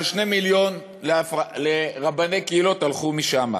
אבל 2 מיליון לרבני קהילות הלכו משם.